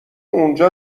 اونجا